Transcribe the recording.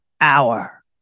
hour